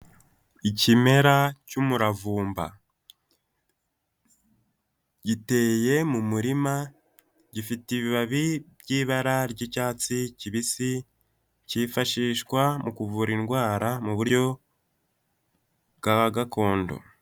Ikimera cy'umuravumba, giteye mu murima, gifite ibibabi by'ibara ry'icyatsi kibisi, kifashishwa mu kuvura indwara mu buryo bwa gakondo.